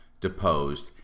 deposed